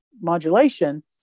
modulation